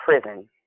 prison